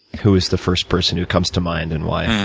who is the first person who comes to mind and why?